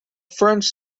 french